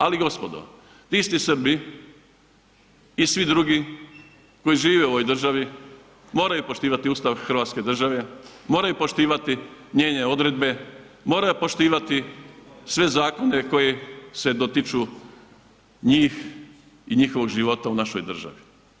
Ali gospodo vi ste Srbi i svi drugi koji žive u ovoj državi moraju poštivati Ustav Hrvatske države, moraju poštivati njene odredbe, moraju poštivati sve zakone koji se dotiču njih i njihovog života u našoj državi.